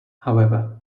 however